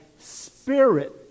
spirit